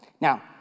now